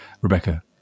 Rebecca